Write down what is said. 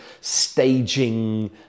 staging